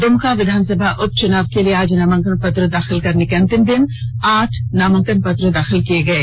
द्मका विधानसभा उपचुनाव के लिए आज नामंकन पत्र दाखिल करने के अंतिम दिन आठ नामांकन पत्र दाखिल किये गये